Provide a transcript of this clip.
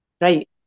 right